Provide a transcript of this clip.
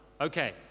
Okay